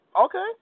Okay